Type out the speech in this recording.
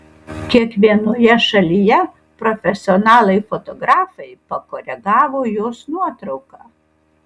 kiekvienoje šalyje profesionalai fotografai pakoregavo jos nuotrauką